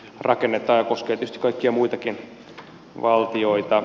koskee tietysti kaikkia muitakin valtioita